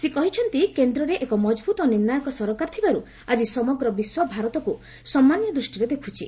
ସେ କହିଛନ୍ତି କେନ୍ଦ୍ରରେ ଏକ ମଜବୁତ ଓ ନିର୍ଣ୍ଣାୟକ ସରକାର ଥିବାରୁ ଆଜି ସମଗ୍ର ବିଶ୍ୱ ଭାରତକୁ ସମ୍ମାନୀୟ ଦୃଷ୍ଟିରେ ଦେଖୁଛି